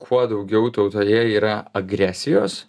kuo daugiau tautoje yra agresijos